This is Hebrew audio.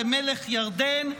למלך ירדן,